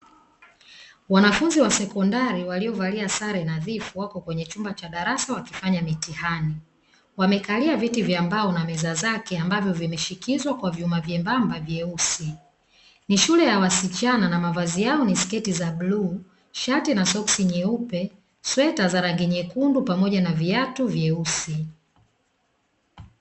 Wanafunzi wa sekondari waliovalia sare nadhifu wakiwa ndani ya chumba cha darasa, wakifanya mtihani, wamekalia viti vya mbao na meza zake zimeshikizwa kwa mabomba membamba vyeusi, ni shule ya wasichana na sketi zao ni za rangi ya bluu shati na soksi nyeupe sweta za rangi nyekundu pamoja na viatu vyeusi.